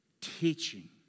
Teaching